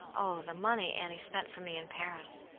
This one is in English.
oh, the money annie spent for me in paris!